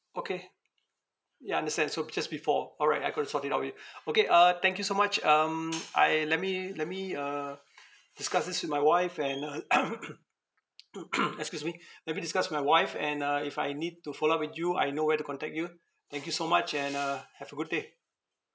okay ya understand so just before all right I could have sort it out with okay uh thank you so much um I let me let me uh discuss this with my wife and uh excuse me maybe discuss with my wife and uh if I need to follow up with you I know where to contact you thank you so much and uh have a good day